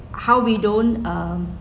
how we don't um